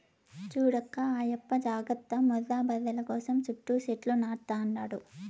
చూడక్కా ఆయప్ప జాగర్త ముర్రా బర్రెల కోసం సుట్టూ సెట్లు నాటతండాడు